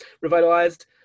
revitalized